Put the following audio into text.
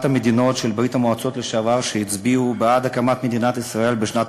המדינות של ברית-המועצות לשעבר שהצביעו בעד הקמת מדינת ישראל בשנת